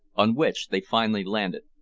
on which they finally landed.